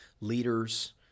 leaders